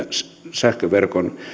sähköverkon